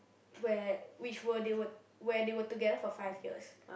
where which were they were where they were together for five years